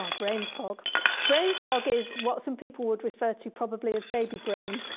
um brain fog brain fog is what some people would refer to probably as baby brain.